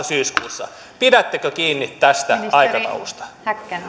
syyskuussa pidättekö kiinni tästä aikataulusta